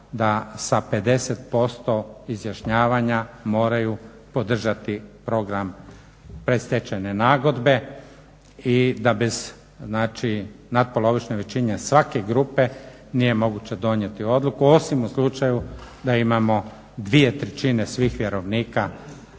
da sa 50% izjašnjavanja moraju podržati program predstečajne nagodbe i da bez natpolovične većine svake grupe nije moguće donijeti odluku, osim u slučaju da imamo 2/3 svih vjerovnika